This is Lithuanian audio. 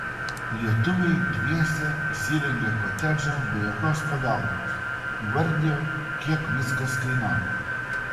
lietuviai dviese įsirengė kotedžą be jokios pagalbos įvardijo kiek viskas kainavo